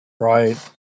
Right